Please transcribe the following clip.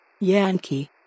Yankee